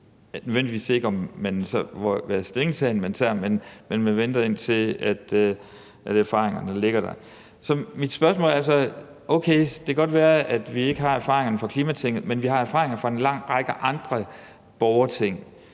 Det er ikke nødvendigvis sådan, at man tager stilling, men at man venter, indtil erfaringerne ligger der. Okay, det kan godt være, at vi ikke har erfaringerne fra klimaborgertinget, men vi har erfaringer fra en lang række andre borgerting